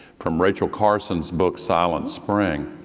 from rachel carson's book, silent spring.